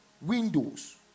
windows